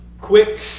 Quick